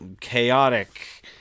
chaotic